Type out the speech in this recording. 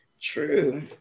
True